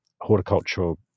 horticultural